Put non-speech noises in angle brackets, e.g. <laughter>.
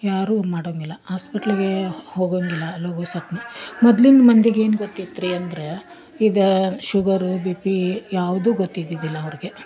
ಯಾರು ಮಾಡಂಗಿಲ್ಲ ಹಾಸ್ಪಿಟ್ಲಿಗೆ ಹೋಗಂಗಿಲ್ಲ <unintelligible> ಮೊದ್ಲಿನ ಮಂದಿಗೆ ಏನು ಗೊತ್ತಿತ್ರೀ ಅಂದರೆ ಇದು ಶುಗರ್ ಬಿ ಪಿ ಯಾವುದು ಗೊತ್ತಿದ್ದಿದ್ದಿಲ್ಲ ಅವರ್ಗೆ